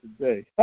today